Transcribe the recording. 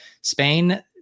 Spain